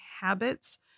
habits